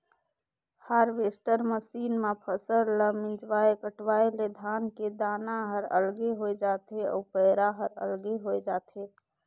harvester machine म फसल ल मिंजवाय कटवाय ले धान के दाना हर अलगे होय जाथे अउ पैरा हर अलगे होय जाथे